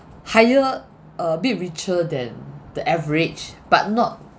higher a bit richer than the average but not